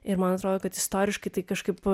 ir man atrodo kad istoriškai tai kažkaip